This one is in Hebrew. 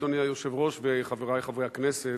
אדוני היושב-ראש וחברי חברי הכנסת,